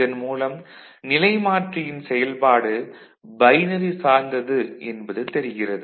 இதன் மூலம் நிலைமாற்றியின் செயல்பாடு பைனரி சார்ந்தது என்பது தெரிகிறது